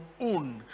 own